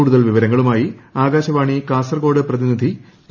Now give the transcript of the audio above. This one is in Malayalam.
കൂടുതൽ വിവരങ്ങളുമായി ആകാശവാണി കാസർകോട് പ്രതിനിധി പി